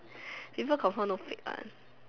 people confirm know fake one